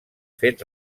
fet